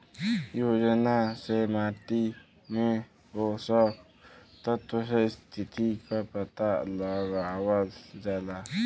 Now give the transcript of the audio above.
योजना से माटी में पोषक तत्व के स्थिति क पता लगावल जाला